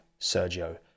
Sergio